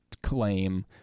claim